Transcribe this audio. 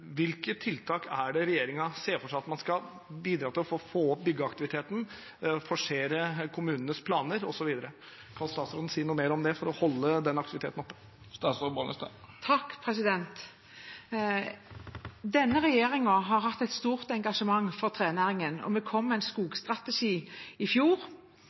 Hvilke tiltak er det regjeringen ser for seg at man skal bidra med for å få opp byggeaktiviteten, forsere kommunenes planer, osv. for å holde den aktiviteten oppe? Kan statsråden si noe mer om det? Denne regjeringen har hatt et stort engasjement for trenæringen, og vi kom med en skogstrategi i fjor.